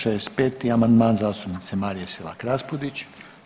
65. amandman zastupnice Marije Selak Raspudić.